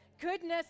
Goodness